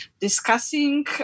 discussing